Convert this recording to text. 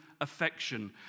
affection